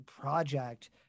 project